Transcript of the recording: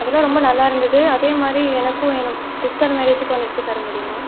அதெல்லாம் ரொம்ப நல்லாருந்துது அதே மாதிரி எனக்கும் என்னோட சிஸ்டர் மேரேஜுக்கும் வந்து எடுத்துத் தர முடியுமா